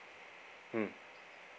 mm